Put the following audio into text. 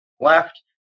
left